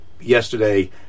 yesterday